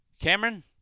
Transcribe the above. Cameron